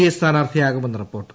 A സ്ഥാനാർത്ഥിയാക്ടൂർമെന്ന് report